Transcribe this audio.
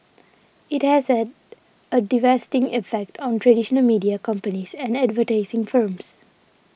it has had a devastating effect on traditional media companies and advertising firms